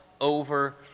over